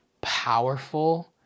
powerful